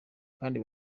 kandi